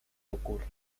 ocurre